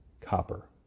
copper